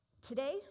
Today